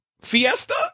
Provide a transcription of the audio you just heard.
Fiesta